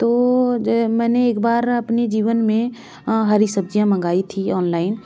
तो मैंने एक बार अपनी जीवन में हरी सब्ज़ियाँ मंगाई थी ऑनलाइन